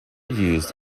used